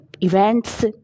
events